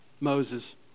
Moses